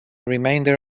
remainder